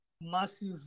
massive